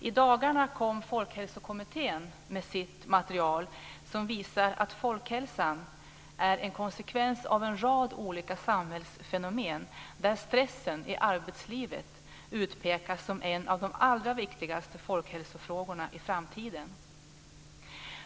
I dagarna kom Folkhälsokommittén med sitt material som visar att folkhälsan är en konsekvens av en rad olika samhällsfenomen där stressen i arbetslivet utpekas som en av de allra viktigaste folkhälsofrågorna i framtiden.